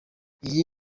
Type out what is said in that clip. iyi